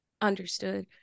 understood